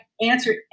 answer